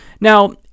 now